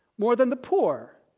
more than the poor.